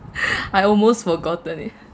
I almost forgotten it